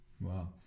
Wow